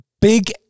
big